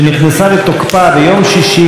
שנכנסה לתוקפה ביום שישי,